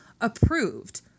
approved